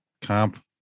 comp